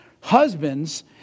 Husbands